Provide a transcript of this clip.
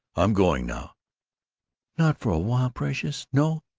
i'm going now not for a while, precious! no!